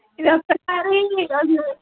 ఎప్పటిలాగే ఈ రోజు